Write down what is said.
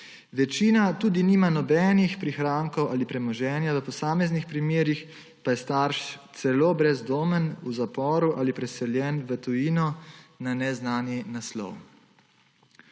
Večina tudi nima nobenih prihrankov ali premoženja, v posameznih primerih pa je starš celo brezdomen, v zaporu ali preseljen v tujino na neznani naslov.